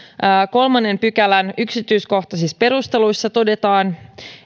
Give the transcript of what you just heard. kolmannen pykälän yksityiskohtaisissa perusteluissa todetaan